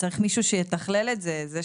צריך מישהו שיתכלל את זה.